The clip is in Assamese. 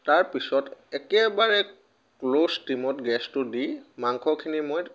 তাৰপছত একেবাৰে ল' ষ্টিমত গেছটো দি মাংসখিনি দি মই